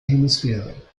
hemisphäre